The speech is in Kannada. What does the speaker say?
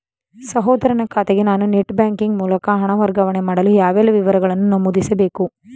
ಸಹೋದರನ ಖಾತೆಗೆ ನಾನು ನೆಟ್ ಬ್ಯಾಂಕಿನ ಮೂಲಕ ಹಣ ವರ್ಗಾವಣೆ ಮಾಡಲು ಯಾವೆಲ್ಲ ವಿವರಗಳನ್ನು ನಮೂದಿಸಬೇಕು?